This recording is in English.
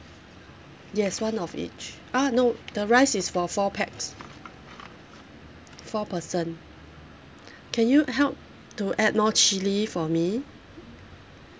yes one of each ah no the rice is for four pax four person can you help to add more chilli for me